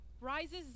rises